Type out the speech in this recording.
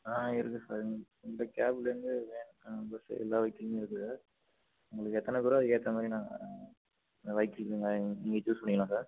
ஆ இருக்குது சார் என்கிட்ட கேப்லேருந்து வேன் அல்மோஸ்ட் எல்லா வெஹிக்கில்லுமே இருக்குது சார் உங்களுக்கு எத்தனை பேரோ அதுக்கு ஏற்ற மாதிரி நாங்கள் வெஹிக்கில்ஸை நீங்கள் ச்சூஸ் பண்ணிக்கலாம் சார்